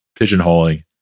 pigeonholing